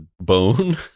bone